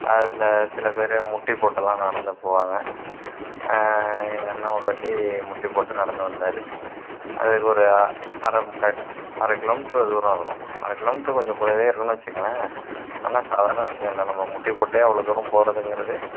அதில் சில பேர் முட்டி போட்டுட்லாம் நடந்து போவாங்க எங்கள் அண்ணன் ஒரு வாட்டி முட்டி போட்டு நடந்து வந்தார் அதுக்கு ஒரு அரை அரை கிலோமீட்டரு தூரம் இருக்கும் அரை கிலோமீட்டருக்கு கொஞ்சம் கூடவே இருக்கும்னு வச்சிக்கொங்களேன் ஆனால் சாதாரண விஷயம் இல்லை நம்ம முட்டி போட்டே அவ்வளோ தூரம் போறதுங்கிறது